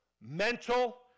mental